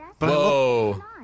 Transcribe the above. whoa